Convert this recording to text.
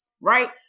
right